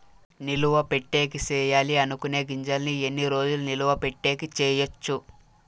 నిలువ పెట్టేకి సేయాలి అనుకునే గింజల్ని ఎన్ని రోజులు నిలువ పెట్టేకి చేయొచ్చు